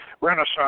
Renaissance